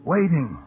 Waiting